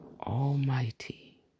Almighty